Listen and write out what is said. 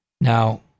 Now